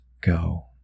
go